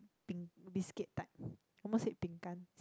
thing biscuit type almost said